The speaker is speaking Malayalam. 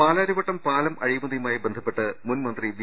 പാലാരിവട്ടം പാലം അഴിമതിയുമായി ബന്ധപ്പെട്ട് മുൻ മന്ത്രി വി